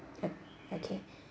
oh okay